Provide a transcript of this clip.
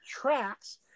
tracks